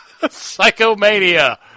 Psychomania